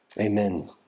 Amen